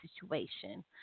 situation